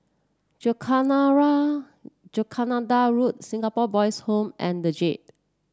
Jacaranda Road Jacaranda Singapore Boys' Home and the Jade